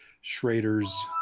Schrader's